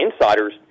Insiders